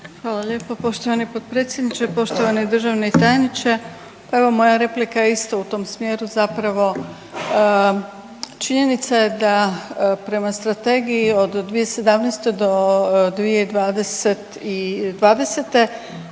Hvala lijepo poštovani potpredsjedniče. Poštovani državni tajniče, pa evo moja replika je isto u tom smjeru. Zapravo činjenica je da prema strategiji od 2017. do 2020.